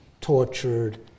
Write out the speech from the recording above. tortured